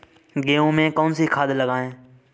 गेहूँ में कौनसी खाद लगाएँ?